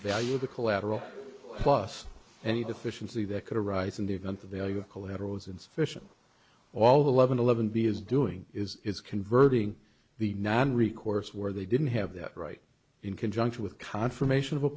value of the collateral plus any deficiency that could arise in the event the value of collateral is insufficient all the eleven eleven b is doing is converting the non recourse where they didn't have that right in conjunction with confirmation of a